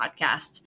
podcast